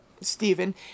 Stephen